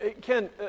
Ken